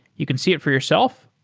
you can see it for yourself.